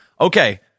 Okay